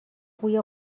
بوی